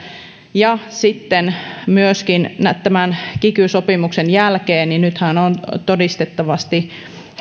ja sitten myöskin tämän kiky sopimuksen jälkeenhän nyt todistettavasti